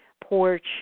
porch